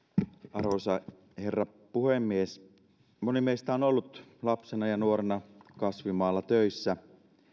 arvoisa herra puhemies moni meistä on ollut lapsena ja nuorena kasvimaalla töissä